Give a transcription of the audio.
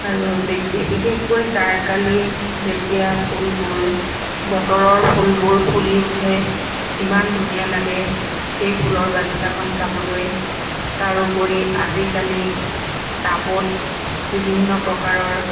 আৰু যেতি বিশেষকৈ জাৰকালি যেতিয়া ফুলবোৰ বতৰৰ ফুলবোৰ ফুলি উঠে ইমান ধুনীয়া লাগে সেই ফুলৰ বাগিচাখন চাবলৈ তাৰোপৰি আজিকালি টাবত বিভিন্ন প্ৰকাৰৰ